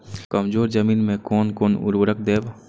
कमजोर जमीन में कोन कोन उर्वरक देब?